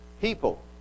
people